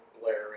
blaring